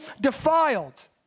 defiled